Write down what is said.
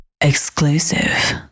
Exclusive